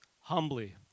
humbly